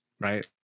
right